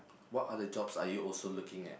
what are the jobs are you also looking at